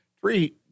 three